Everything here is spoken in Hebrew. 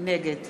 נגד